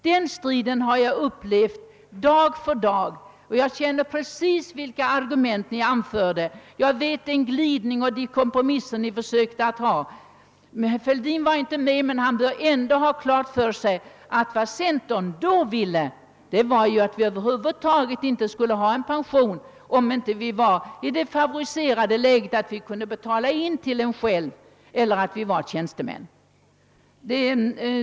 Den striden har jag upplevt dag för dag, och jag vet precis vilka argument ni anförde. Jag känner till er glidning och de kompromisser ni försökte åstadkomma. Herr Fälldin var inte med den gången, men han bör ändå ha klart för sig att vad centern då ville var att vi över huvud taget inte skulle ha någon pension, om vi inte tillhörde de favoriserade som själva kunde betala för pensionen eller om vi inte var tjänstemän.